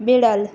বেড়াল